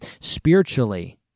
spiritually